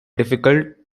difficult